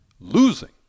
losing